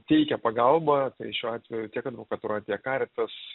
teikia pagalbą tai šiuo atveju tiek advokatūra tiek karitas